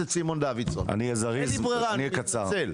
אין לי ברירה, אני מתנצל.